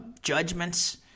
judgments